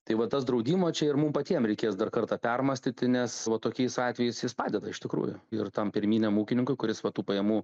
tai va tas draudimo čia ir mum patiem reikės dar kartą permąstyti nes va tokiais atvejais jis padeda iš tikrųjų ir tam pirminiam ūkininkui kuris va tų pajamų